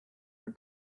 for